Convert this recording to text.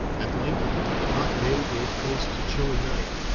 at length the hot day gave place to chilly night,